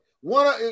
One